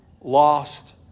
lost